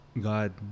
god